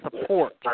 support